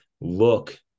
look